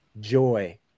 joy